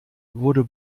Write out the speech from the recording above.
wurde